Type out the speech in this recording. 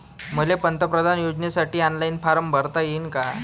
मले पंतप्रधान योजनेसाठी ऑनलाईन फारम भरता येईन का?